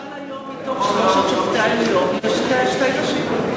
למשל היום בתוך שלושת שופטי העליון יש שתי נשים.